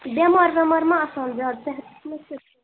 بٮ۪مار وٮ۪مار ما آسان زیادٕ صحت ما چھُس